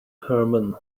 herman